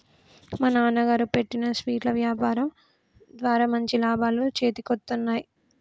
మా నాన్నగారు పెట్టిన స్వీట్ల యాపారం ద్వారా మంచి లాభాలు చేతికొత్తన్నయ్